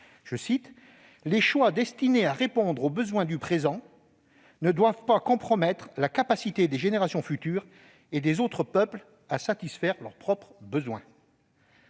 :« Les choix destinés à répondre aux besoins du présent ne doivent pas compromettre la capacité des générations futures et des autres peuples à satisfaire leurs propres besoins. »